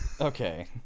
Okay